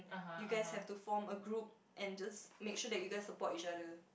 you guys have to form a group and just make sure that you guys support each other